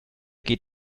geht